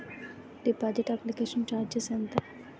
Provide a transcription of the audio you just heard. Deposit application charges ఎంత?